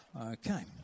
Okay